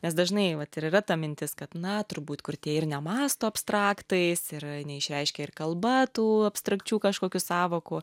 nes dažnai vat ir yra ta mintis kad na turbūt kurtieji ir nemąsto abstraktais ir neišreiškia ir kalba tų abstrakčių kažkokių sąvokų